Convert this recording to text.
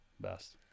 best